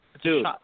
Dude